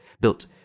built